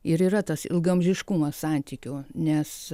ir yra tas ilgaamžiškumas santykio nes